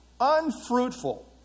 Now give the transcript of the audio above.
unfruitful